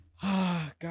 God